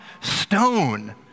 stone